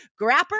Grapper